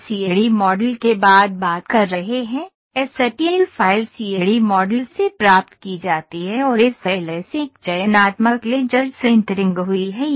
हम CAD model के बाद बात कर रहे हैं एसटीएल फ़ाइल सीएडी मॉडल से प्राप्त की जाती है और एसएलएस एक चयनात्मक लेजर सिंटरिंग हुई है